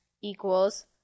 equals